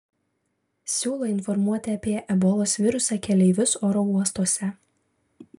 siūlo informuoti apie ebolos virusą keleivius oro uostuose